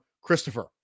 Christopher